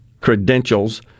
credentials